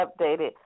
updated